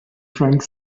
drank